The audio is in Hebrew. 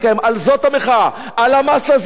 על זאת המחאה, על המס הזה.